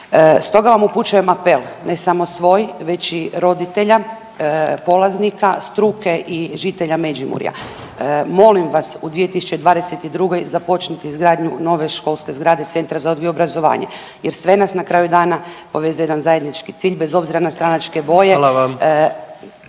Stoga vam upućujem apel, ne samo svoj, već i roditelja, polaznika, struke i žitelja Međimurja, molim vas, u 2022. započnite izgradnju nove školske zgrade Centar za odgoj i obrazovanje jer sve nas na kraju dana povezuje u jedan zajednički cilj, bez obzira na stranačke boje,